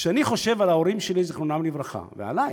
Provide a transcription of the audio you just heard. כשאני חושב על ההורים שלי, זיכרונם לברכה, ועלי,